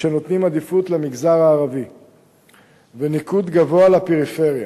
שנותנים עדיפות למגזר הערבי וניקוד גבוה לפריפריה.